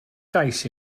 gais